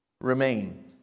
Remain